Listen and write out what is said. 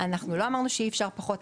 אנחנו לא אמרנו שא אפשר פחות,